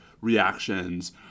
reactions—